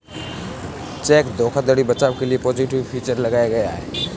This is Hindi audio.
चेक धोखाधड़ी बचाव के लिए पॉजिटिव पे फीचर लाया गया है